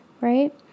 right